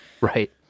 Right